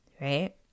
right